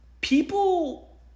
people